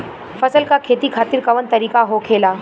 फसल का खेती खातिर कवन तरीका होखेला?